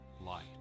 light